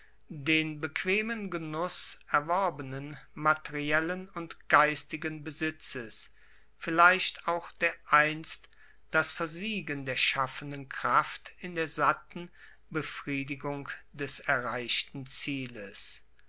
den bequemen genuss erworbenen materiellen und geistigen besitzes vielleicht auch dereinst das versiegen der schaffenden kraft in der satten befriedigung des erreichten zieles